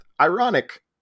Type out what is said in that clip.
ironic